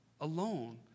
alone